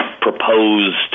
proposed